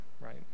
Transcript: right